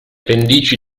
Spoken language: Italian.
pendici